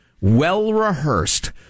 well-rehearsed